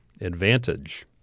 advantage